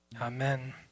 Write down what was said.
amen